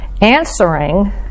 Answering